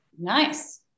Nice